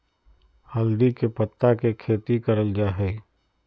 हल्दी के पत्ता के खेती करल जा हई